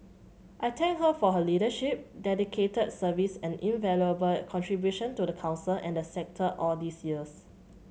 I thank her for her leadership dedicated service and invaluable contribution to the Council and the sector all these years